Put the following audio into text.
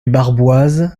barboise